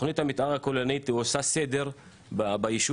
תוכנית המתאר הכוללנית עושה סדר ביישוב.